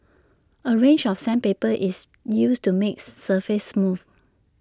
A range of sandpaper is used to make surface smooth